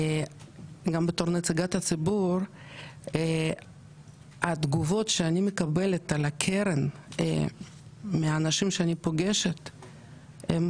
גם בתור נציגת ציבור התגובות שאני מקבלת על הקרן מאנשים שאני פוגשת הן,